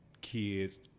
kids